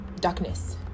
darkness